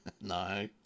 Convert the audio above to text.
No